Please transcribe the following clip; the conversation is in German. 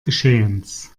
geschehens